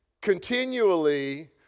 continually